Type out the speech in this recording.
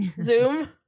zoom